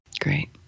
Great